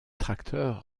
tracteurs